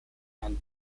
and